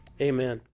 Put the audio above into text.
amen